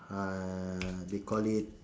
uh they call it